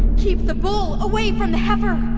keep the bull away from the heifer.